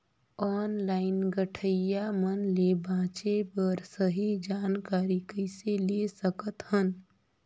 Online ठगईया मन ले बांचें बर सही जानकारी कइसे ले सकत हन?